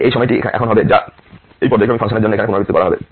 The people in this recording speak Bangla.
এই সময়টি এখন হবে যা এই পর্যায়ক্রমিক ফাংশনের জন্য এখানে পুনরাবৃত্তি করা হবে